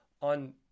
on